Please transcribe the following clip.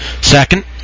second